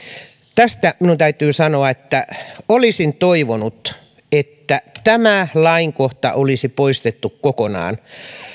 tästä minun täytyy sanoa että olisin toivonut että tämä lainkohta olisi poistettu kokonaan